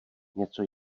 něco